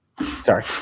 sorry